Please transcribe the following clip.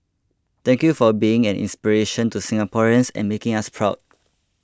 thank you for being an inspiration to Singaporeans and making us proud